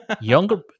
Younger